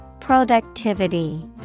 Productivity